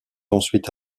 ensuite